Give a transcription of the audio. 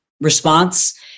response